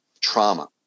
trauma